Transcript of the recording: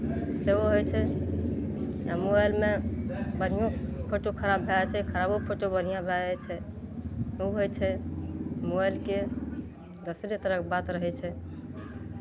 सेहो होइ छै आ मोबाइलमे बढ़िओँ फोटो खराब भए जाइ छै खराबो फोटो बढ़िआँ भए जाइ छै ओ होइ छै मोबाइलके दोसरे तरहके बात रहै छै